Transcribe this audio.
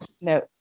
No